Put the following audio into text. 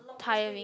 tiring